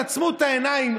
תעצמו את העיניים,